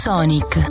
Sonic